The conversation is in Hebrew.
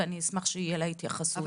ואני אשמח שתהיה לה התייחסות.